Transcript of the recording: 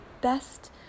best